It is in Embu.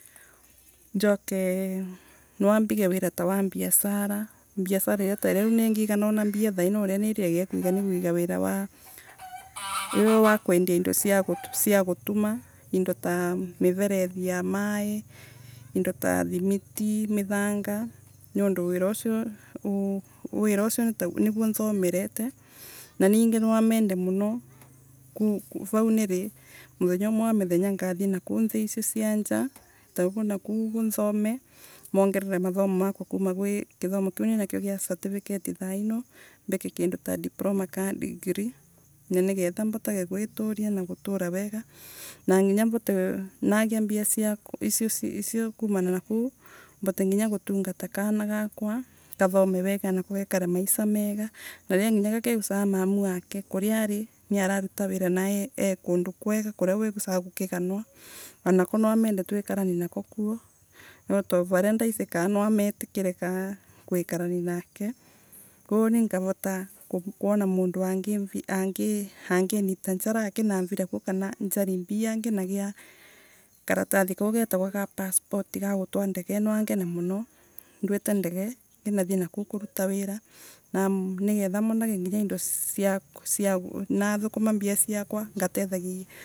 Njoke naambige wira tawa mbiacara, mbiacara tairia ni riragiria kuiga niniriragiria kuiga ninguiga wara ta wa uyu wa kwendia indo cia gutuma, indotamiverethi ya maii indo taa thimiti mithanga nondu wira ucio niguo nthomerete vau nirimuthenya umwe wa mithenya ngathie nakuu nthii icio cia nja. Ngathie nakuu nthome, nongerere mathomo makwa kuuma kithomo kiu ninakio gia certificate thaino, mbike kindu ta diploma kana degree na nigetha mbote guituria na gutura wega na nginya mbote nagia mbia ciakwa kuuma na kuu mvote nginya gutungata kana gakwa kathome wega na anako gekare maisa mega. Nariria nginya kakegusa mamu wake kuria aririararuta wira na e kundu kwega wigusaga gukigariwa anako namende twikarage nako kuo no tavaria ndaici kana nametikire gwikarani nake. Koguo ningivota kwona mundu angirita njara akinamvira kuukana nginagia karatathi kau getagwa ka passport ga gutwa ndege namende muni, ndwite ndege nginathie nakuu kuruta wira, ningetha monage indo cia nathukuma mbia ciakwa ngatethagia